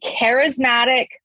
charismatic